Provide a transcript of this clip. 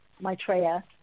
Maitreya